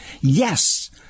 yes